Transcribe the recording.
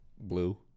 blue